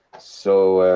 so.